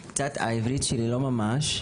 קצת, העברית שלי לא ממש.